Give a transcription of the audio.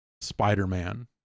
Spider-Man